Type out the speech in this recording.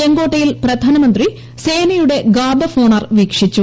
ചെങ്കോട്ടയിൽ പ്രധാനമന്ത്രി സേനയുടെ ഗാർഡ് ഓഫ് ഹോണർ വീക്ഷിച്ചു